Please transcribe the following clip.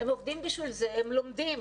הם עובדים בשביל זה, הם לומדים.